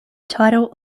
title